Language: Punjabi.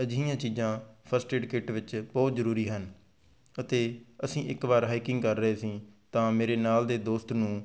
ਅਜਿਹੀਆਂ ਚੀਜ਼ਾਂ ਫਸਟ ਏਡ ਕਿੱਟ ਵਿੱਚ ਬਹੁਤ ਜ਼ਰੂਰੀ ਹਨ ਅਤੇ ਅਸੀਂ ਇੱਕ ਵਾਰ ਹਾਈਕਿੰਗ ਕਰ ਰਹੇ ਸੀ ਤਾਂ ਮੇਰੇ ਨਾਲ ਦੇ ਦੋਸਤ ਨੂੰ